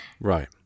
Right